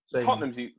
Tottenham's